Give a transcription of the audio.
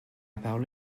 parole